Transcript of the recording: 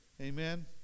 Amen